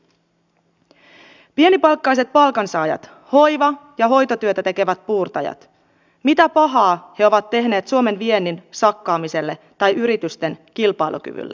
mitä pahaa pienipalkkaiset palkansaajat hoiva ja hoitotyötä tekevät puurtajat ovat tehneet suomen viennin sakkaamiselle tai yritysten kilpailukyvylle